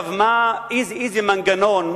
איזה מנגנון,